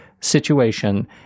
situation